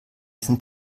sind